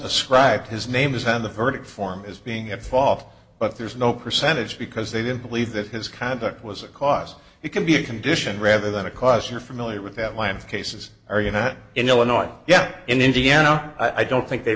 ascribed his name is on the verdict form is being at fault but there's no percentage because they didn't believe that his conduct was a cause it can be a condition rather than a cause you're familiar with that land cases are united in illinois yet in indiana i don't think they